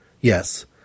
Yes